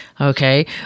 Okay